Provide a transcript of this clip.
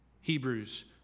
Hebrews